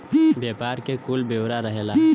व्यापार के कुल ब्योरा रहेला